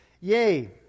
yay